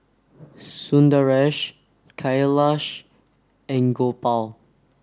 Sundaresh Kailash and Gopal